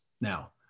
now